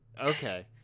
Okay